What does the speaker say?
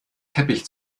teppich